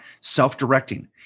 self-directing